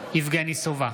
יבגני סובה,